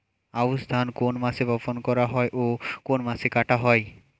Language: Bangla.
আউস ধান কোন মাসে বপন করা হয় ও কোন মাসে কাটা হয়?